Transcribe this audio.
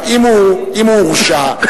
אם הוא הורשע,